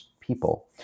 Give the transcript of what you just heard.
people